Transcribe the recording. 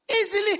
Easily